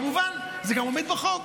כמובן, זה גם עומד בחוק.